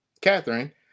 Catherine